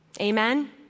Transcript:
Amen